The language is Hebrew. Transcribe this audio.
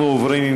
אנחנו עוברים,